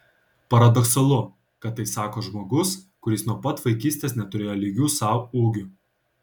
paradoksalu kad tai sako žmogus kuris nuo pat vaikystės neturėjo lygių sau ūgiu